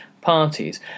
Parties